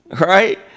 Right